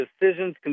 decisions